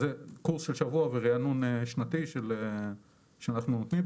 אז זה קורס של שבוע ורענון שנתי שאנחנו נותנים.